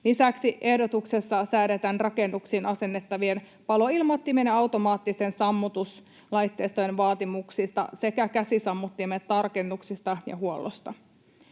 Lisäksi ehdotuksessa säädetään rakennuksiin asennettavien paloilmoittimien ja automaattisten sammutuslaitteistojen vaatimuksista sekä käsisammuttimien tarkennuksista ja huollosta.